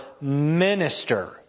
minister